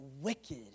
wicked